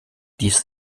dies